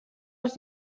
als